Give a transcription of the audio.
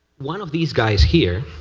one of these guys here,